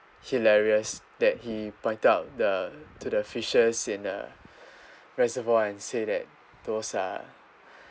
hilarious that he pointed out the to the fishes in the reservoir and say that those are